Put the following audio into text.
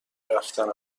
رفتن